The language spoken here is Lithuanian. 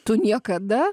tu niekada